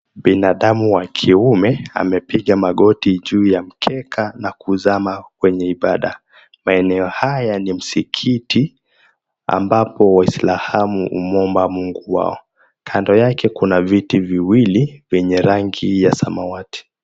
Binadamu wa kiume amepiga magoti juu ya mkeka na kuzama kwenye ibada. Maeneo haya ni msikiti ambapo waislamu humuomba Mungu wao. Kando yake kuna viti viwili vyenye rangi ya samawati.